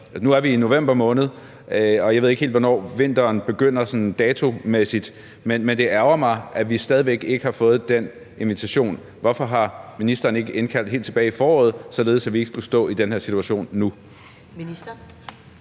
Nu er vi i november måned, og jeg ved ikke helt, hvornår vinteren begynder sådan datomæssigt, men det ærgrer mig, at vi stadig væk ikke har fået den invitation. Hvorfor har ministeren ikke indkaldt helt tilbage i foråret, således at vi ikke skulle stå i den her situation nu?